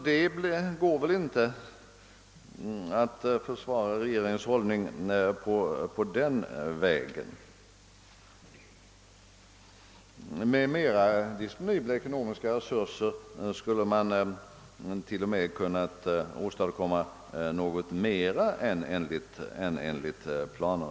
Det går alltså inte ati försvara regeringens hållning på den vägen. Med större disponibla ekonomiska resurser skulle man till och med ha kunnat åstadkomma något mer än enligt tidigare planer.